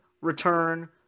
Return